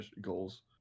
goals